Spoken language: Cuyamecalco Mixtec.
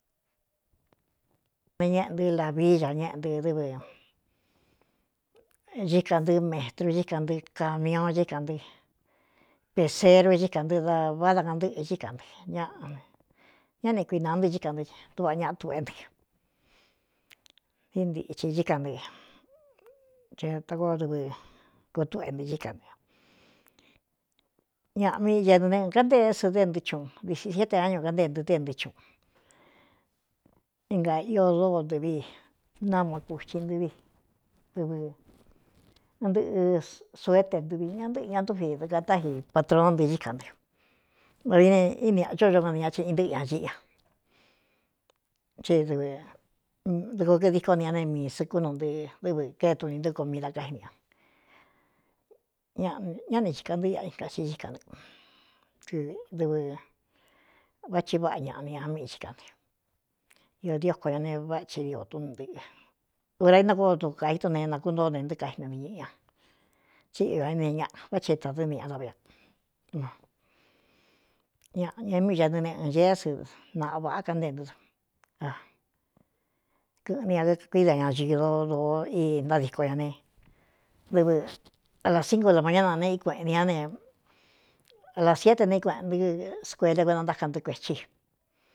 Neé ñéꞌe ntɨ́ lāvi a ñꞌɨ ñíkā ntɨ́ metru cíkan ntɨ camiuon cíkān ntɨ́ peseriué cí kā ntɨ da váda kaꞌantɨ́ꞌɨ chí kan ntɨ ññá ne kuināa ntɨ́ cíka ntɨ tuvaꞌa ñaꞌa tuꞌé ntɨ ntɨɨ ntithi íka ntɨ a ɨ takoo dɨvɨ kutuꞌe ntɨ íka nɨ ñaꞌa mii anɨ neꞌɨ kantéé sɨ dɨ́ ntɨ chuꞌun disi siete áñu kántée ntɨ tɨ́ éntɨɨ chuꞌun i nga ío dóo ntɨvi náma kuchi nɨ vi dɨvɨ ɨntɨꞌɨ suete ntɨvi ñaꞌ ntɨꞌɨ̄ ña ntúvi dɨɨkatáii patronó ntɨ cíka ntɨ tadi ne íni āchódo kni ña ciꞌin ntɨꞌɨ ña ciꞌi ñaɨ ddɨko kɨ díko ni ña ne miī sɨkú nu ntɨ́ dɨvɨ kée tuni ntɨko míida kámi a ñꞌñá ne chika ntɨ́ ia in ka xi íka nɨ ɨ dɨvɨ vá thi váꞌa ñaꞌni ña miꞌi xhíka ntɨ iō dioko ñá ne váꞌachi diotún ntɨꞌɨ ora intakóo du ka íto ne nakuntóo ne ntɨ kaino nti ñiꞌɨ ña tsíꞌiñō éne ñaꞌa vá thi tadɨniꞌ avanoñña é míi canɨ neꞌɨnceé sɨ naꞌa vaꞌa kantée ntɨ ɨ kɨ̄ꞌɨni ña kkuida ña cīdo dōo í ntádíko ña ne dvɨ alāsíngula ma ñánaneꞌí kueꞌen n ñá ne alā siete ne kueꞌen ntɨ́ skuelé kuénantákan ntɨ kuēthi i.